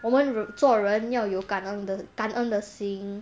我们做人要有感恩的感恩的心